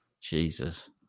Jesus